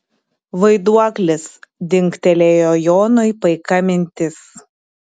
vaiduoklis dingtelėjo jonui paika mintis